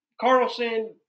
Carlson